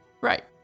Right